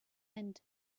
end